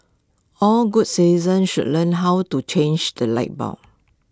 all good citizens should learn how to change the light bulb